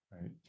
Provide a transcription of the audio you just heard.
right